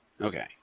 Okay